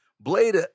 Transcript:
Blade